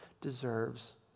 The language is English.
deserves